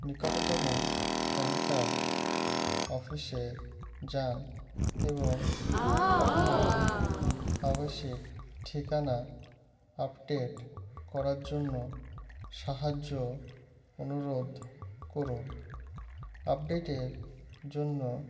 নিকটতম pan card অফিসে যান এবং আপনার আবাসিক ঠিকানা আপডেট করার জন্য সাহায্য অনুরোধ করুন আপডেটের জন্য